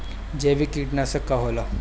जैविक कीटनाशक का होला?